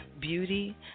beauty